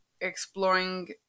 exploring